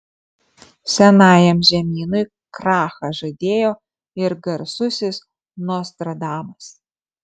senajam žemynui krachą žadėjo ir garsusis nostradamas